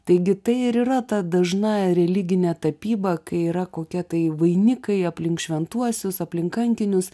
taigi tai ir yra ta dažna religinė tapyba kai yra kokia tai vainikai aplink šventuosius aplink kankinius